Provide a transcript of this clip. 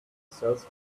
sells